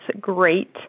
great